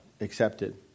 accepted